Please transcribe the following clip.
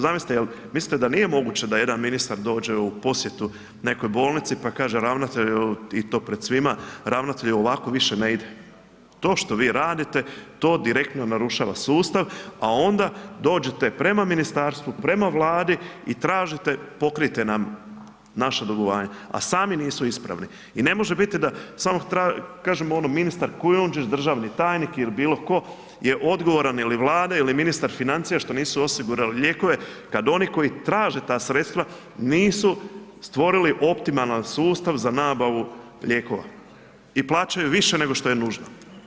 Zamislite, jel mislite da nije moguće da jedan ministar dođe u posjetu nekoj bolnici, pa kaže ravnatelju i to pred svima, ravnatelju ovako više ne ide, to što vi radite, to direktno narušava sustav, a onda dođete prema ministarstvu, prema Vladi i tražite pokrijte nam naše dugovanje, a sami nisu ispravni i ne može biti da samo kažemo ministar Kujundžić, državni tajnik ili bilo tko je odgovoran ili Vlada ili ministar financija, što nisu osigurali lijekove kad oni koji traže ta sredstva nisu stvorili optimalan sustav za nabavu lijekova i plaćaju više nego što je nužno.